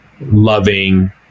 loving